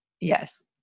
Yes